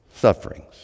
sufferings